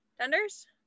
tenders